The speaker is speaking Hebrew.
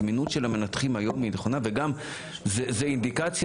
הזמינות של המנתחים היום היא נכונה וזו אינדיקציה